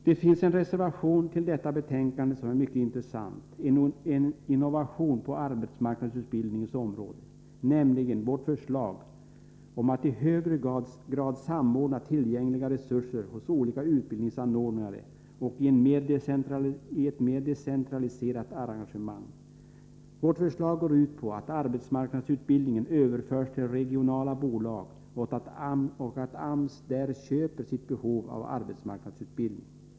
Det finns en reservation till detta betänkande som är mycket intressant — en innovation på arbetsmarknadsutbildningens område — nämligen vårt förslag om att i högre grad samordna tillgängliga resurser hos olika utbildningsanordnare i ett mer decentraliserat arrangemang. Vårt förslag går ut på att arbetsmarknadsutbildningen överförs till regionala bolag och att AMS där köper sitt behov av arbetsmarknadsutbildning.